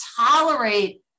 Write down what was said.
tolerate